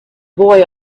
boy